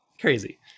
crazy